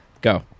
Go